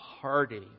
party